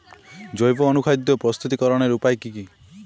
জৈব অনুখাদ্য প্রস্তুতিকরনের উপায় কী কী?